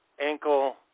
ankle